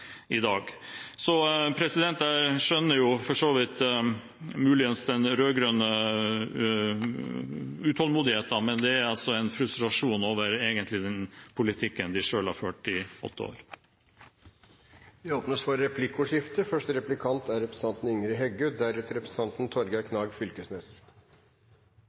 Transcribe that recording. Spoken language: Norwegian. dag. Jeg skjønner for så vidt muligens den rød-grønne utålmodigheten, men det er egentlig en frustrasjon over den politikken de selv har ført i åtte år. Det blir åpnet for replikkordskifte. Eg har eit spørsmål til representanten Korsberg som går på om ein ikkje leverer som avtalt. Kva meiner representanten